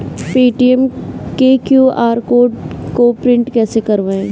Paytm के QR code को print कैसे करवाएँ?